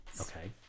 Okay